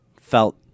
felt